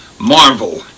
Marvel